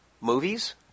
movies